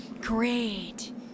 Great